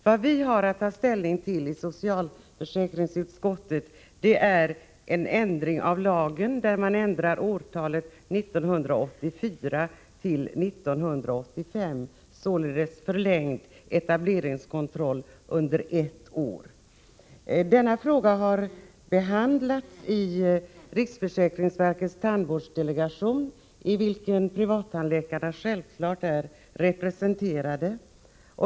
Vad vi har att ta ställning till i socialförsäkringsutskottet är en ändring av årtalet 1984 till 1985 i lagen, innebärande en förlängning av etableringskontrollen med ett år. Denna fråga har behandlats i riksförsäkringsverkets tandvårdsdelegation, i vilken privattandläkarna självfallet är representerade.